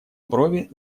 брови